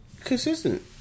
consistent